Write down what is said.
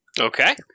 Okay